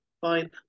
Fine